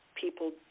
people